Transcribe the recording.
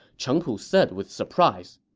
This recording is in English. cheng pu said with surprise,